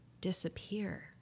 disappear